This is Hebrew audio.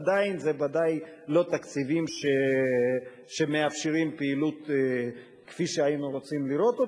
עדיין זה בוודאי לא תקציבים שמאפשרים פעילות כפי שהיינו רוצים לראות.